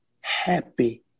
happy